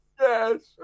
Yes